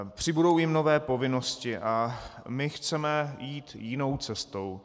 Přibudou jim nové povinnosti, a my chceme jít jinou cestou.